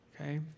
Okay